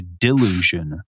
delusion